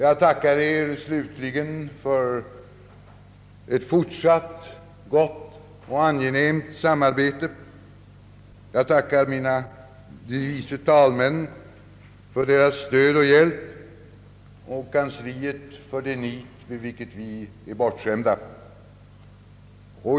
Jag tackar er slutligen för ett fortsatt gott och angenämt samarbete. Jag tackar de vice talmännen för deras stöd och hjälp och kammarens kansli för det nit med vilket vi är bortskämda.